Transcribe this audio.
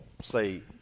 say